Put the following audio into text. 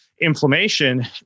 inflammation